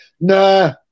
nah